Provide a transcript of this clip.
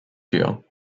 year